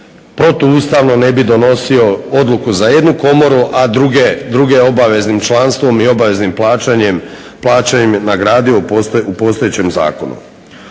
protuustavno ne bi donosio odluku za jednu komoru, a druge obaveznim članstvom i obaveznim plaćanjem nagradio u postojećem zakonu.